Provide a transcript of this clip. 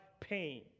pain